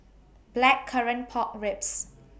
Blackcurrant Pork Ribs